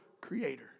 creator